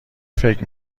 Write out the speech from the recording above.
فکر